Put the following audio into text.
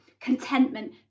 Contentment